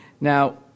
Now